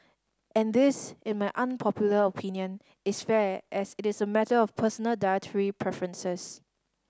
and this in my unpopular opinion is fair as it is a matter of personal dietary preferences